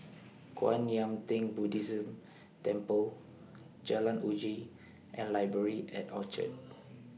Kwan Yam Theng Buddhist Temple Jalan Uji and Library At Orchard